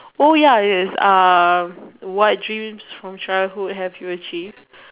oh ya there is uh what dreams from childhood have you achieve